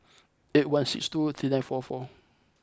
eight one six two three nine four four